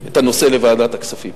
הנושא לוועדת הכספים.